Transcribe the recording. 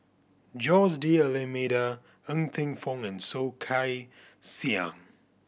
Jose D'Almeida Ng Teng Fong and Soh Kay Siang